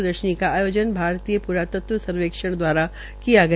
प्रदर्शनी का आयोन भारतीय प्रातत्व सर्वेक्षण दवारा किया गया